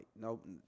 Nope